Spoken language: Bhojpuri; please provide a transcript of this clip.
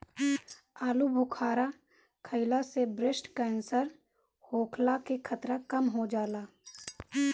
आलूबुखारा खइला से ब्रेस्ट केंसर होखला के खतरा कम हो जाला